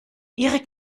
ihre